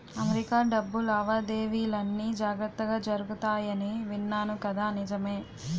America డబ్బు లావాదేవీలన్నీ జాగ్రత్తగా జరుగుతాయని విన్నాను కదా నిజమే